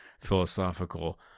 philosophical